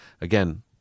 again